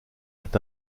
est